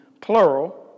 plural